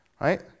right